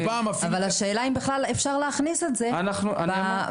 אבל השאלה היא האם בכלל אפשר להכניס את זה לאפשרויות.